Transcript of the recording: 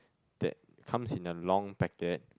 that comes in a long packet